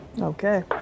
Okay